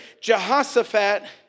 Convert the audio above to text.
Jehoshaphat